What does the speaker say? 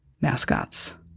mascots